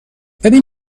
ببین